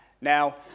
Now